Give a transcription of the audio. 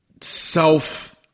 self